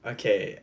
okay